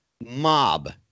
mob